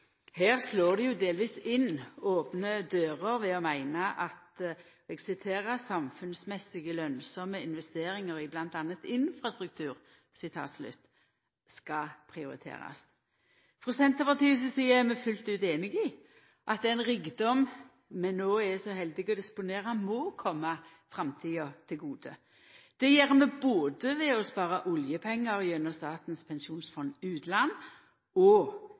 Her slår dei delvis inn opne dører ved å meina at «samfunnsøkonomiske, lønnsomme investeringer i blant annet infrastruktur» skal prioriterast. Frå Senterpartiet si side er vi fullt ut einige i at den rikdommen vi no er så heldige å disponera, må koma framtida til gode. Det gjer vi både ved å spara oljepengar gjennom Statens pensjonsfond utland og